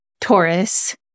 Taurus